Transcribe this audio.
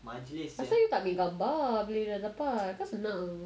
asal you tak ambil gambar bila you dah dapat kan senang